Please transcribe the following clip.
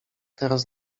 teraz